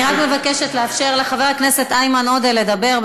אני רק מבקשת לאפשר לחבר הכנסת איימן עודה לדבר.